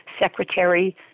secretary